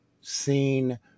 seen